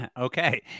Okay